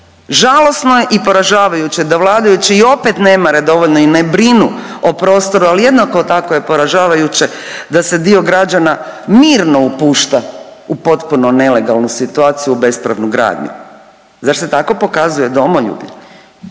Žalosno je i poražavajuće da vladajući i opet ne mare dovoljno i ne brinu o prostoru, ali jednako tako je poražavajuće da se dio građana mirno upušta u potpuno nelegalnu situaciju, u bespravnu gradnju. Zar se tako pokazuje domoljublje,